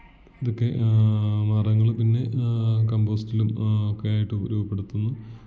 ഇതൊക്കെ മരങ്ങൾ പിന്നെ കമ്പോസ്റ്റിലും ഒക്കെ ആയിട്ട് രൂപപ്പെടുത്തുന്നു